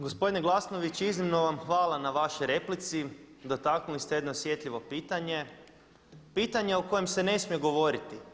Gospodine Glasnović, iznimno vam hvala na vašoj replici, dotaknuli ste jedno osjetljivo pitanje, pitanje o kojem se ne smije govoriti.